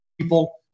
people